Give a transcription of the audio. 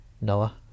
Noah